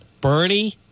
Bernie